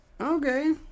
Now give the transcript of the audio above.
Okay